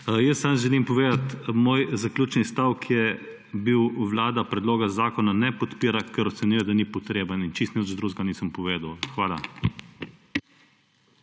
Samo želim povedati, da moj zaključni stavek je bil, »Vlada predloga zakona ne podpira, ker ocenjuje, da ni potreben«. In čisto nič drugega nisem povedal. Hvala.